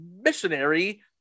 missionary